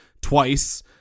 twice